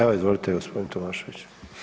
Evo izvolite gospodine Tomašević.